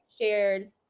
shared